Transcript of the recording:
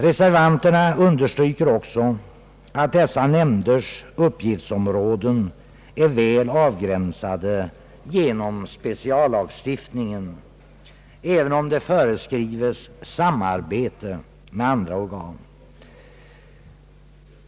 Reservanterna understryker också att dessa nämnders uppgiftsområden är väl avgränsade genom speciallagstiftningen, även om det föreskrivs samarbete med andra organ.